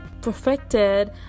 perfected